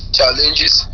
challenges